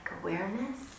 awareness